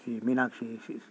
ఈ మీనాక్షి